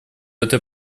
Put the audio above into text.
это